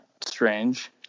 strange